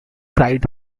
cried